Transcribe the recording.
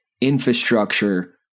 infrastructure